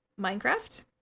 Minecraft